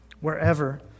wherever